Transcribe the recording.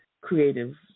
creative